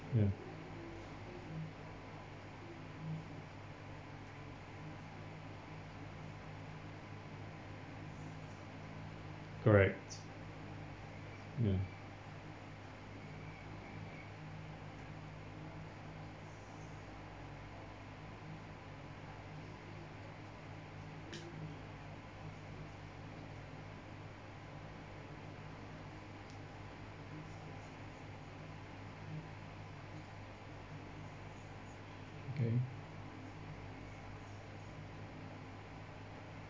ya correct ya okay